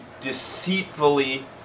deceitfully